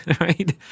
right